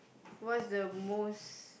what's the most